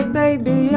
baby